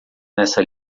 nessa